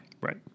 Right